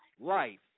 life